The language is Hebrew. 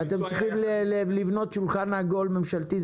ואתם צריכים לבנות שולחן עגול ממשלתי.